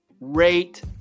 rate